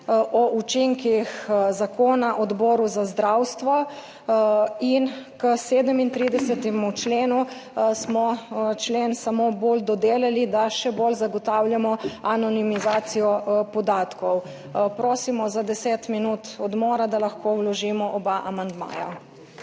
o učinkih zakona Odboru za zdravstvo. In k 37. členu smo člen samo bolj dodelali, da še bolj zagotavljamo anonimizacijo podatkov. Prosimo za deset minut odmora, da lahko vložimo oba amandmaja.